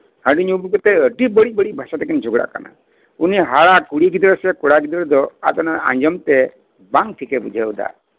ᱦᱟᱺᱰᱤ ᱧᱩ ᱟᱹᱜᱩ ᱠᱟᱛᱮᱫ ᱟᱹᱰᱤ ᱵᱟᱹᱲᱤᱡ ᱵᱟᱹᱲᱤᱡ ᱵᱷᱟᱰᱟ ᱛᱮᱠᱤᱱ ᱡᱷᱚᱜᱽᱲᱟᱜ ᱠᱟᱱᱟ ᱩᱱᱤ ᱦᱟᱨᱟ ᱠᱩᱲᱤ ᱜᱤᱫᱽᱨᱟᱹ ᱥᱮ ᱠᱚᱲᱟ ᱜᱤᱫᱽᱨᱟᱹ ᱫᱚ ᱟᱫᱚ ᱚᱱᱟ ᱟᱸᱡᱚᱢᱛᱮ ᱵᱟᱝ ᱴᱷᱤᱠᱮ ᱵᱩᱡᱷᱟᱹᱣ ᱮᱫᱟ